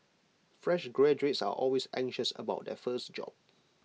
fresh graduates are always anxious about their first job